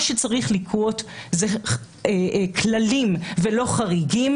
מה שצריך לקרות זה שיהיו כללים ולא חריגים,